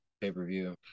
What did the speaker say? pay-per-view